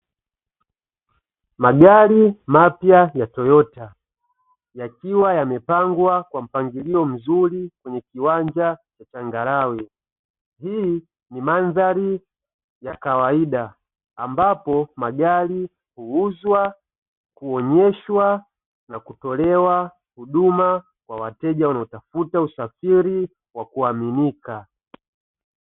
Magari mapya ya toyota yakiwa yamepangwa kwa mpangilio mzuri kwenye kiwanja cha changarawe, hii ni mandhari ya kawaida ambapo magari huuzwa, kuonyeshwa na kutolewa huduma kwa wateja wanaotafuta usafiri wa kuaminika.